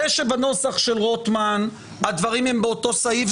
זה שבנוסח של רוטמן הדברים הם באותו סעיף,